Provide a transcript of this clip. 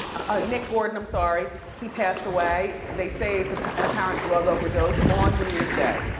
ah nick gordon, i'm sorry. he passed away. they say it's an apparent drug overdose, on new year's day.